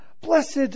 Blessed